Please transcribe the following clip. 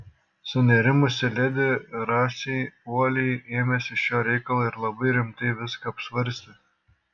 sunerimusi ledi rasei uoliai ėmėsi šio reikalo ir labai rimtai viską apsvarstė